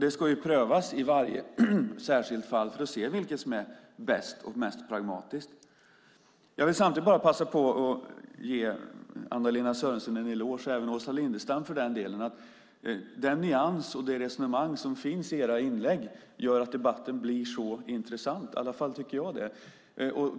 Det ska prövas i varje enskilt fall för att se vilket som är bäst och mest pragmatiskt. Jag vill samtidigt passa på att ge Anna-Lena Sörenson en eloge, och även Åsa Lindestam för den delen: Den nyansering och det resonemang som finns i era inlägg gör att debatten blir intressant. I alla fall tycker jag det.